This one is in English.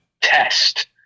test